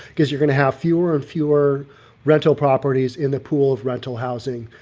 because you're going to have fewer and fewer rental properties in the pool of rental housing.